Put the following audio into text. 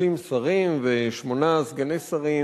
30 שרים ושמונה סגני שרים,